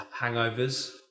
hangovers